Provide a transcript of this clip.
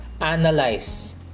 analyze